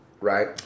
right